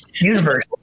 Universe